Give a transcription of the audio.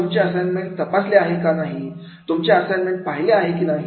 किंवा तुमचे असाइनमेंट तपासले आहे का तुमची असाइनमेंट पाहिले नाही का